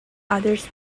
others